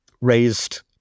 raised